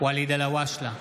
ואליד אלהואשלה,